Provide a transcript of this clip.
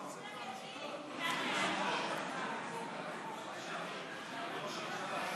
אני קובעת כי חוק-יסוד: הממשלה (תיקון מס' 5),